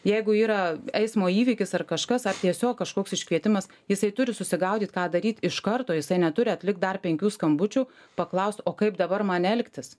jeigu yra eismo įvykis ar kažkas ar tiesiog kažkoks iškvietimas jisai turi susigaudyt ką daryt iš karto jisai neturi atlikt dar penkių skambučių paklaust o kaip dabar man elgtis